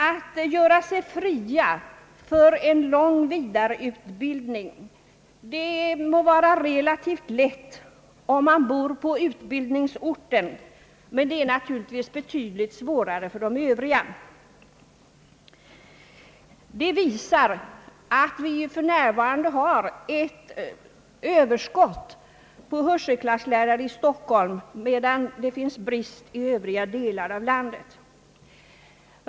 Att göra sig fri för en lång vidareutbildning må vara relativt lätt om man bor på utbildningsorten, men det är naturligtvis betydligt svårare för de övriga. Det är för närvarande överskott på hörselklasslärare i Stockholm, medan det är brist på dem i övriga delar av landet.